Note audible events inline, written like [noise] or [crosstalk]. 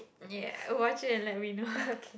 yeah watch it and let me know [laughs]